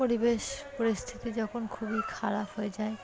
পরিবেশ পরিস্থিতি যখন খুবই খারাপ হয়ে যায়